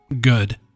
good